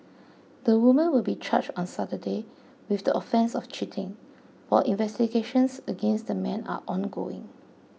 the woman will be charged on Saturday with the offence of cheating while investigations against the man are ongoing